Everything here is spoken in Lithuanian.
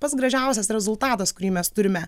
pats gražiausias rezultatas kurį mes turime